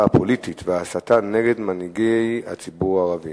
הפוליטית וההסתה נגד מנהיגי הציבור הערבים.